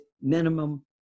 minimum